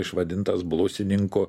išvadintas blusininku